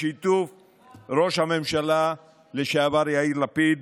בשיתוף ראש הממשלה לשעבר יאיר לפיד